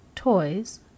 toys